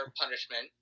punishment